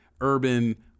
urban